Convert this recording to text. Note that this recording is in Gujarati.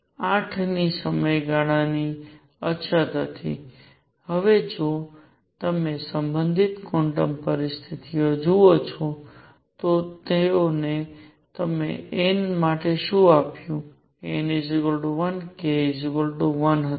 8 ની સમયગાળા ની અછત હતી હવે જો તમે સંબંધિત ક્વોન્ટમ પરિસ્થિતિઓ જુઓ તો તેઓએ તમને n માટે શું આપ્યું n 1 k 1 હતું